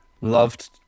loved